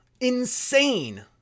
Insane